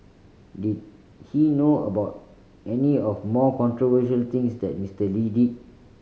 did he know about any of more controversial things that Mister Lee did